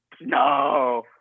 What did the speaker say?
no